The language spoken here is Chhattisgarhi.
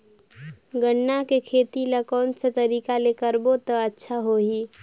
गन्ना के खेती ला कोन सा तरीका ले करबो त अच्छा होही?